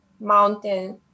mountain